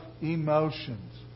emotions